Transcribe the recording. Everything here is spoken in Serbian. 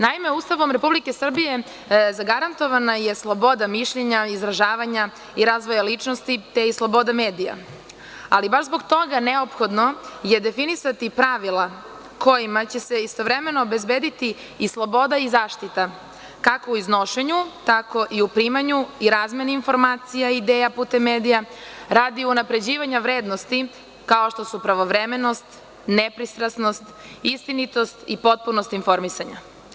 Naime, Ustavom Republike Srbije zagarantovana je sloboda mišljenja, izražavanja i razvoja ličnosti, kao i sloboda medija, ali baš zbog toga je neophodno definisati pravila kojima će se istovremeno obezbediti i sloboda i zaštita, kako u iznošenju, tako i u primanju i razmeni informacija i ideja putem medija, radi unapređivanja vrednosti, kao što su pravovremenost, nepristrasnost, istinitost i potpunost informisanja.